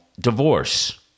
divorce